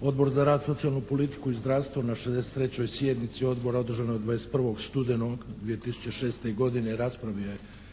Odbor za rad, socijalnu politiku i zdravstvo na 63. sjednici odbora održanoj 21. studenog 2006. godine raspravio je